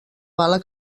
bala